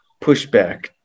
pushback